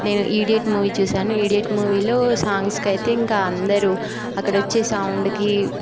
నేను idiot movie చూసాను idiot మూవీలో సాంగ్స్కి అయితే ఇంక అందరూ అక్కడొచ్చే సౌండ్కి